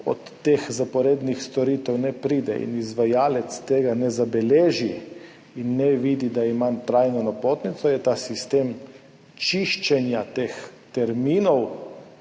od teh zaporednih storitev ne pride in izvajalec tega ne zabeleži in ne vidi, da ima trajno napotnico, je bil ta sistem čiščenja teh terminov,